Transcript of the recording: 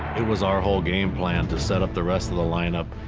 it was our whole game plan to set up the rest of the lineup.